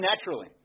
naturally